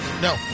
No